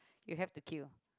you have to queue